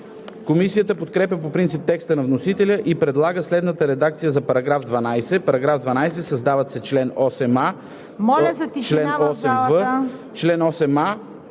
Комисията подкрепя по принцип текста на вносителя и предлага следната редакция на § 12: „§ 12. Създават се чл. 8а